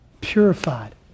purified